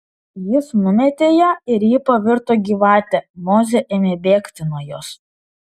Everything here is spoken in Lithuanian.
jis numetė ją ir ji pavirto gyvate mozė ėmė bėgti nuo jos